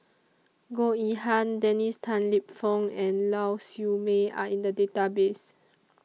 Goh Yihan Dennis Tan Lip Fong and Lau Siew Mei Are in The Database